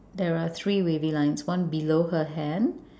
there are three wavy lines one below her hand